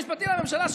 היועץ המשפטי לממשלה,